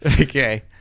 Okay